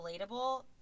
relatable